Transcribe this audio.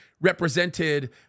represented